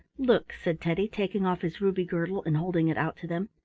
look! said teddy, taking off his ruby girdle and holding it out to them.